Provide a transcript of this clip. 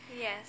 Yes